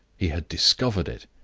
he had discovered it,